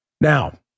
Now